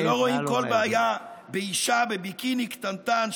אלה שלא רואים כל בעיה באישה בביקיני קטנטן,